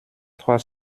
trois